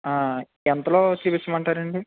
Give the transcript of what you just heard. ఎంతలో చూపించమంటారండి